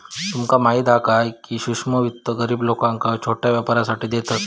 तुमका माहीत हा काय, की सूक्ष्म वित्त गरीब लोकांका छोट्या व्यापारासाठी देतत